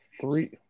Three